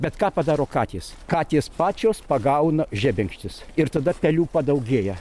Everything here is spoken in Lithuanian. bet ką padaro katės katės pačios pagauna žebenkštis ir tada pelių padaugėja